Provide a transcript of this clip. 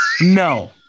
No